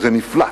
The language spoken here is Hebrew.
זה נפלט,